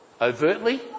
overtly